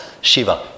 Shiva